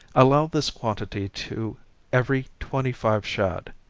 allow this quantity to every twenty-five shad.